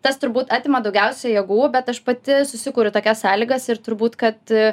tas turbūt atima daugiausiai jėgų bet aš pati susikuriu tokias sąlygas ir turbūt kad